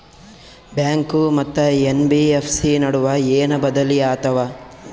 Bank ಮತ್ತ NBFC ನಡುವ ಏನ ಬದಲಿ ಆತವ?